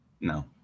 no